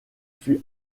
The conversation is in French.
fut